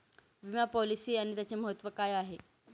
विमा पॉलिसी आणि त्याचे महत्व काय आहे?